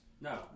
No